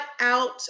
out